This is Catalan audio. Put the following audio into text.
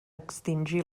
extingir